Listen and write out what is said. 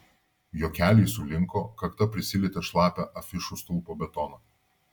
jo keliai sulinko kakta prisilietė šlapią afišų stulpo betoną